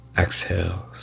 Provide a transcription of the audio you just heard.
Exhales